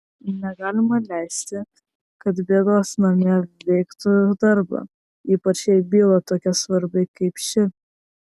negalima leisti kad bėdos namie veiktų darbą ypač jei byla tokia svarbi kaip ši